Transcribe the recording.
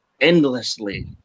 endlessly